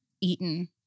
eaten